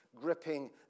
gripping